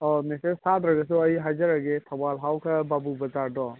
ꯑꯣ ꯃꯦꯁꯦꯖ ꯊꯥꯗ꯭ꯔꯒꯁꯨ ꯑꯩ ꯍꯥꯏꯖꯔꯒꯦ ꯊꯧꯕꯥꯜ ꯍꯥꯎꯈꯥ ꯕꯥꯕꯨ ꯕꯖꯥꯔꯗꯣ